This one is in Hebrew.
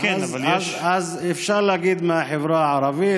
אז אפשר להגיד "מהחברה הערבית".